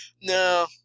No